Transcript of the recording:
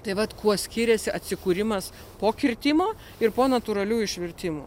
tai vat kuo skiriasi atsikūrimas po kirtimo ir po natūralių išvirtimų